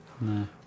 No